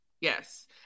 yes